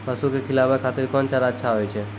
पसु के खिलाबै खातिर कोन चारा अच्छा होय छै?